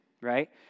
right